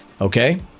Okay